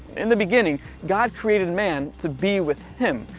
in the beginning, god created man to be with him.